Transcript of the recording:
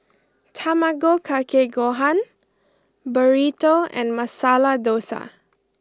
Tamago kake gohan Burrito and Masala Dosa